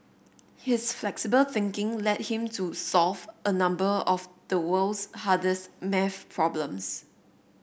his flexible thinking led him to solve a number of the world's hardest maths problems